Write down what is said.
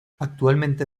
actualmente